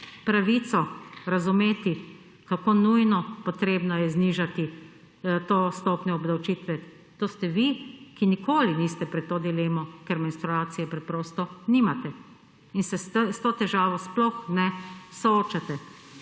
pravico razumeti kako nujno potrebno je znižati to stopnjo obdavčitve. To ste vi, ki nikoli niste pred to dilemo, ker menstruacije preprosto nimate in se s to težavo sploh ne soočate.